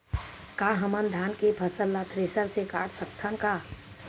का हमन धान के फसल ला थ्रेसर से काट सकथन का?